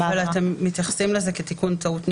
אתם מתייחסים לזה כתיקון טעות נוסח.